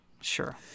Sure